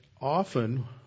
often